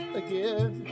again